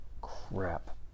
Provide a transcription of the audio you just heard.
crap